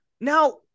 now